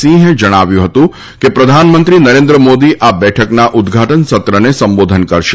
સિંહે જણાવ્યું હતું કે પ્રધાનમંત્રી નરેન્દ્ર મોદી આ બેઠકના ઉદઘાટન સત્રને સંબોધન કરશે